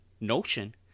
notion